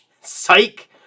psych